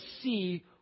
see